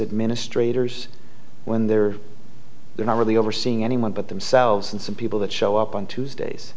administrators when they're they're not really overseeing anyone but themselves and some people that show up on tuesdays